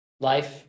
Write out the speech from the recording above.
Life